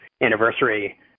anniversary